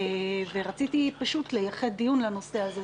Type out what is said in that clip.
רציתי לייחד דיון לנושא הזה,